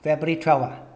february twelve ah